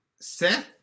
Seth